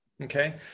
Okay